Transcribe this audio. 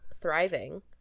thriving